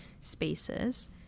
spaces